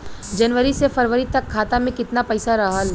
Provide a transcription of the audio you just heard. जनवरी से फरवरी तक खाता में कितना पईसा रहल?